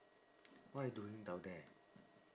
what you doing down there